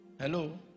Hello